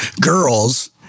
girls